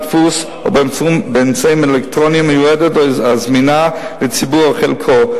בדפוס או באמצעים אלקטרוניים המיועדת או זמינה לציבור או חלקו.